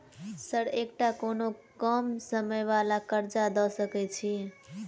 Sir एकटा कोनो कम समय वला कर्जा दऽ सकै छी?